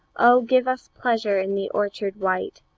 oh, give us pleasure in the orchard white,